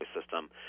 system